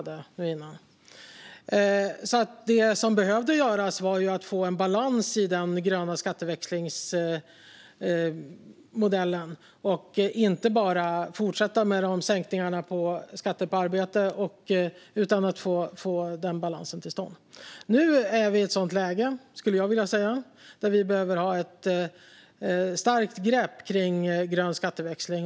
Det som behövde göras var att få en balans i den gröna skatteväxlingsmodellen och inte bara fortsätta sänkningarna av skatten på arbete, utan att få denna balans till stånd. Nu är vi i ett sådant läge där vi behöver ta ett starkt grepp kring grön skatteväxling.